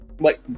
Wait